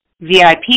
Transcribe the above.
VIP